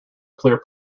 clear